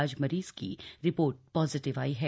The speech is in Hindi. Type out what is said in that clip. आज मरीज की रिपोर्ट पॉजिटिव आई है